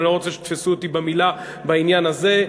אני לא רוצה שיתפסו אותי במילה בעניין הזה,